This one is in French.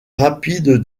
rapide